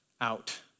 out